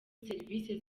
serivisi